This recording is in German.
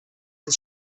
des